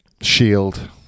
shield